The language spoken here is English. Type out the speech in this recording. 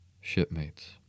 Shipmates